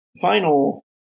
final